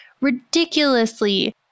ridiculously